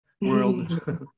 World